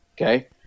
Okay